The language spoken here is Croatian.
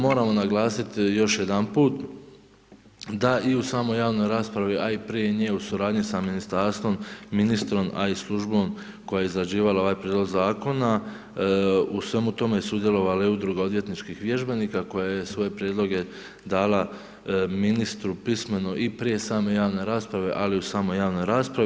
Moramo naglasit još jedanput da i u samoj javnoj raspravi, a i prije nje u suradnji sa ministarstvom, ministrom, a i službom koja je izrađivala ovaj prijedlog zakona, u svemu tome sudjelovale udruge odvjetničkih vježbenika koje je svoje prijedloge dala ministru pismeno i prije same javne rasprave, ali i u samoj javnoj raspravi.